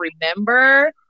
remember